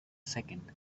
second